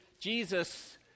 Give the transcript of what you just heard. Jesus